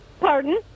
Pardon